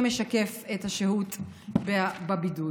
שמשקף את השהות בבידוד.